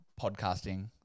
podcasting